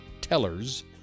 tellers